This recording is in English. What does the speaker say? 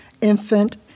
infant